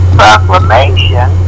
proclamation